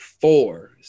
four